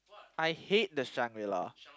I hate the Shangri-La